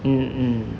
mm mm